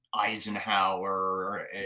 Eisenhower